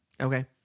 okay